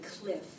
cliff